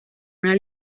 una